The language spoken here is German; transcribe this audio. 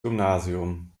gymnasium